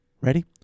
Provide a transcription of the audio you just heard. Ready